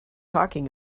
talking